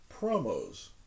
promos